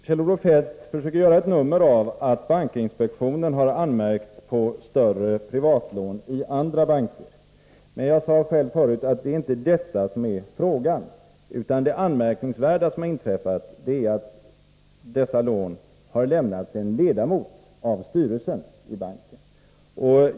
Herr talman! Kjell-Olof Feldt försöker göra ett nummer av att bankinspektionen har anmärkt på större privatlån i andra banker. Jag sade själv förut att det inte är detta som frågan gäller. Det anmärkningsvärda som här har inträffat är att dessa lån har lämnats till en ledamot av styrelsen i banken.